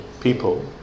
people